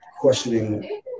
questioning